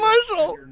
marshall.